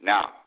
Now